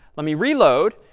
let me reload,